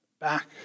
back